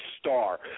star